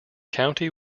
county